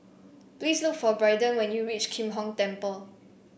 please look for Braiden when you reach Kim Hong Temple